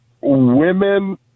women